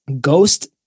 Ghost